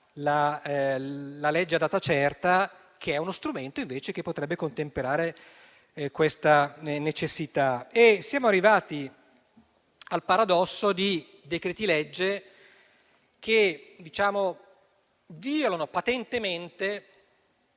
la legge a data certa, che è uno strumento che potrebbe contemperare questa necessità. Siamo arrivati al paradosso di decreti-legge che violano patentemente,